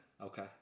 Okay